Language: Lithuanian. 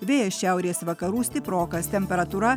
vėjas šiaurės vakarų stiprokas temperatūra